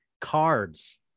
cards